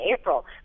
April